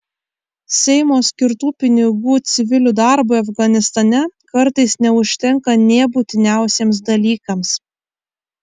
seimo skirtų pinigų civilių darbui afganistane kartais neužtenka nė būtiniausiems dalykams